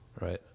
right